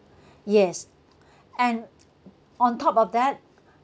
yes and on top of that